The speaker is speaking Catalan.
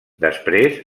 després